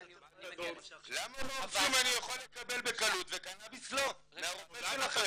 -- למה מורפיום אני יכול לקבל בקלות וקנאביס לא מהרופא שלכם?